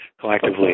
collectively